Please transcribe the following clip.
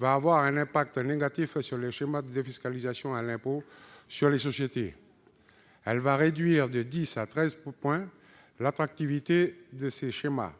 va avoir un impact négatif sur les schémas de défiscalisation à l'impôt sur les sociétés. Elle va réduire de 10 à 13 points l'attractivité de ces schémas,